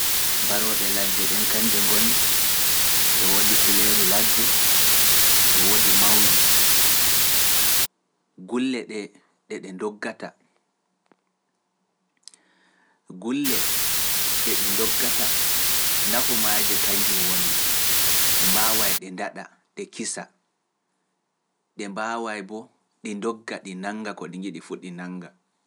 Barooɗe ladde ɗen kanje ngoni e woodi kuleeru ladde e woodi mawndu. Gulle ɗe ɗe ndoggata nafo maaje kanjum woni, ɗe mbaaway ɗe ndaɗa, ɗe kisa, ɗe mbaaway boo ɗi ndogga ɗi nannga ko ɗi njiɗi fuu ɗi nannga.